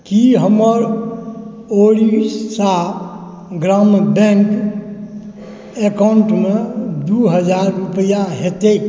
की हमर Odisha Gramya bank account मे दू हजार रुपैया होयतैक